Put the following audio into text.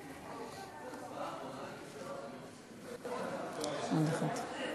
גברתי היושבת-ראש, תודה, אדוני השר,